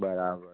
બરાબર